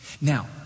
Now